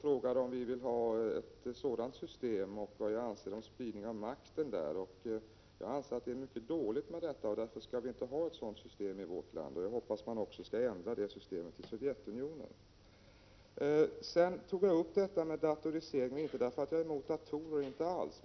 frågar om vi vill ha ett sådant system och vad jag anser om spridning av makten där. Jag anser att det är mycket dåligt med detta, och därför skall vi inte ha ett sådant system i vårt land. Jag hoppas också att man skall ändra det systemet i Sovjetunionen. Jag tog upp datoriseringen inte därför att jag är emot datorer, inte alls.